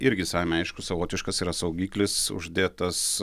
irgi savaime aišku savotiškas yra saugiklis uždėtas